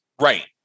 Right